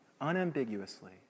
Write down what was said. unambiguously